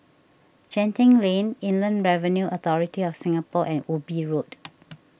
Genting Lane Inland Revenue Authority of Singapore and Ubi Road